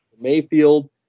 Mayfield